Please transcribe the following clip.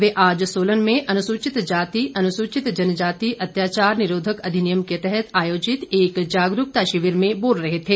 वे आज सोलन में अनुसूचित जाति अनुसूचित जनजाति अत्याचार निरोधक अधिनियम के तहत आयोजित एक जागरूकता शिविर में बोल रहे थे